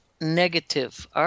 negative